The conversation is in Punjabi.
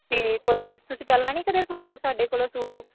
ਤਾਂ ਕੋਈ ਨਹੀਂ ਤੁਸੀਂ ਪਹਿਲਾਂ ਨਹੀਂ ਕਦੇ ਸਵਾਇਆ ਸਾਡੇ ਕੋਲੋਂ ਸੂਟ